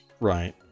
Right